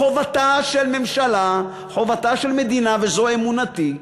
חובתה של ממשלה, חובתה של מדינה, וזו אמונתי,